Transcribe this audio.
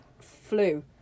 flu